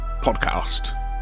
Podcast